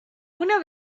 una